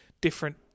different